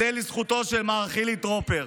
זה לזכותו של מר חילי טרופר,